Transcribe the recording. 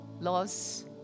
Loss